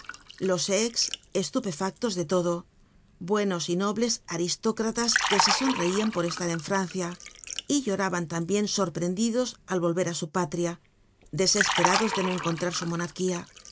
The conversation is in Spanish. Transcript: los ex estupefactos de todo buenos y nobles aristócratas que se sonreian por estar en francia y lloraban tambien sorprendidos al volver á su patria desesperados de no encontrar su monarquía